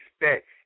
expect